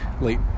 late